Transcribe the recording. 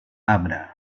abra